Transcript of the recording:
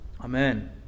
Amen